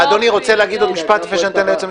אדוני רוצה להגיד עוד משפט לפני שאני נותן ליועץ המשפטי?